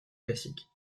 classiques